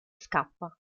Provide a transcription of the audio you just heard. scappa